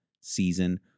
season